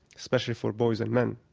especially for boys and men,